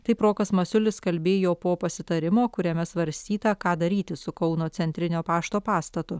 taip rokas masiulis kalbėjo po pasitarimo kuriame svarstyta ką daryti su kauno centrinio pašto pastatu